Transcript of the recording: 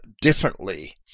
differently